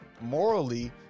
morally